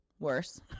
worse